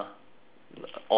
all of it lor